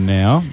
now